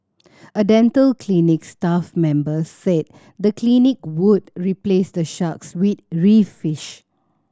a dental clinic staff member said the clinic would replace the sharks with reef fish